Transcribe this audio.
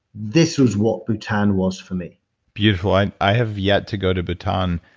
this was what bhutan was for me beautiful. i i have yet to go to bhutan,